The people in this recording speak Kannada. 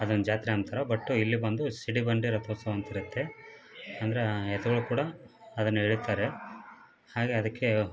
ಅದನ್ನು ಜಾತ್ರೆ ಅಂತಾರೆ ಬಟ್ ಇಲ್ಲಿ ಬಂದು ಸಿಡಿಬಂಡಿ ರಥೋತ್ಸವ ಅಂತ ಇರುತ್ತೆ ಅಂದ್ರೆ ಎತ್ತುಗಳು ಕೂಡ ಅದನ್ನು ಎಳೀತಾರೆ ಹಾಗೆ ಅದಕ್ಕೆ